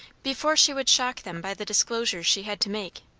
before she would shock them by the disclosures she had to make.